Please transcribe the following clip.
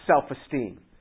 self-esteem